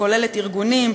שכוללת ארגונים,